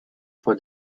for